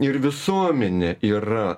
ir visuomenė yra